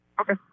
Okay